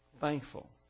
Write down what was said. thankful